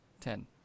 Ten